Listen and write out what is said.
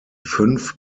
fünf